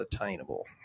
attainable